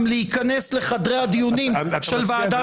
להיכנס לחדרי הדיונים של ועדת החוקה --- אתה מצביע.